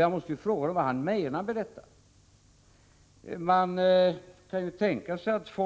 Jag måste fråga vad han menar med det. Man kan tänka sig att